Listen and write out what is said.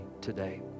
today